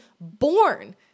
born